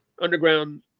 underground